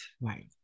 Right